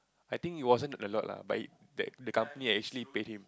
I think it wasn't a lot lah but it that the company actually paid him